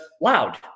loud